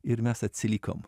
ir mes atsilikom